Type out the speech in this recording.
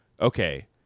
okay